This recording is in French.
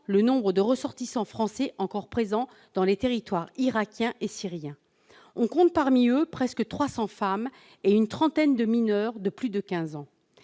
le nombre de ressortissants français encore présents dans les territoires irakien et syrien. On compte également près de 300 femmes et une trentaine de mineurs de plus de 15 ans.